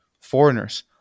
foreigners